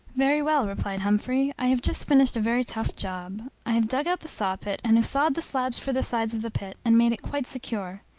very well, replied humphrey. i have just finished a very tough job. i have dug out the saw-pit, and have sawed the slabs for the sides of the pit, and made it quite secure.